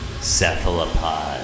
cephalopod